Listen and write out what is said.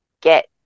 get